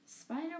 Spider